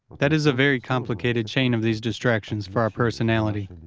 that is a very complicated chain of these distractions for our personality,